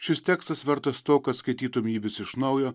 šis tekstas vertas to kad skaitytum jį vis iš naujo